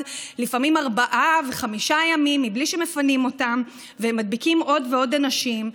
לפעמים ארבעה וחמישה ימים בלי שמפנים אותם והם מדביקים עוד ועוד אנשים,